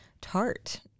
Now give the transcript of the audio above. tart